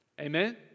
Amen